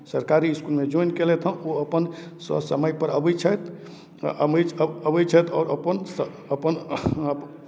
सरकारी इसकुलमे जोइन कयलथि हँ ओ अपन ससमयपर अबै छथि अ अबै अबै छथि आओर अपन स् अपन